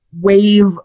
wave